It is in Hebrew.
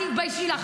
תתביישי לך.